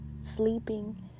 sleeping